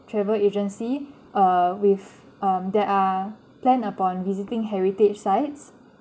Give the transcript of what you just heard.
travel agency err with um that are planned upon visiting heritage sites